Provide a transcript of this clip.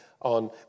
on